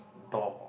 door